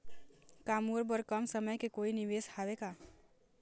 का मोर बर कम समय के कोई निवेश हावे का?